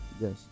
yes